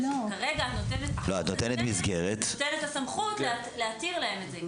כי את נותנת את הסמכות להתיר להם א זה,